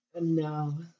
No